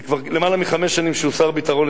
זה כבר למעלה מחמש שנים שהוא שר הביטחון,